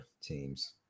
teams